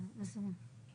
שמענו את אלעד בנוגע לגדעונה.